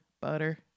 butter